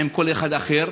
עם כל אחד אחר.